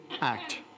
act